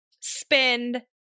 spend